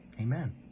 Amen